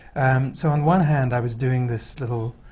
and so on one hand, i was doing this little